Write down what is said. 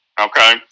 okay